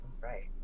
right